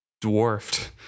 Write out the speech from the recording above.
dwarfed